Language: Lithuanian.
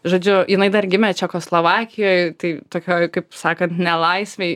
žodžiu jinai dar gimė čekoslovakijoj tai tokioj kaip sakant nelaisvėj